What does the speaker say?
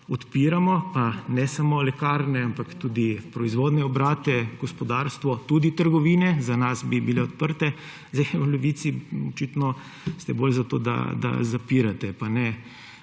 odpiramo, pa ne samo lekarne tudi proizvodne obrate, gospodarstvo tudi trgovine, za nas bi bile odprte, zdaj v Levici očitno ste bolj za to, da zapirate, pa ne